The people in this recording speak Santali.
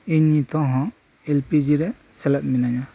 ᱤᱧ ᱱᱤᱛᱚᱜ ᱦᱚᱸ ᱮᱞ ᱯᱤ ᱡᱤ ᱨᱮ ᱥᱮᱞᱮᱫ ᱢᱤᱱᱟᱹᱧᱟ